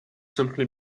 simply